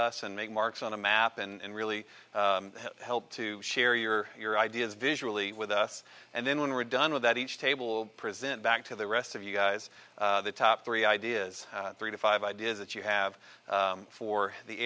us and make marks on a map and really help to share your your ideas visually with us and then when we're done with that each table present back to the rest of you guys the top three ideas three to five ideas that you have for the